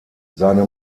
seine